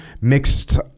mixed